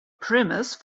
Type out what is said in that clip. premise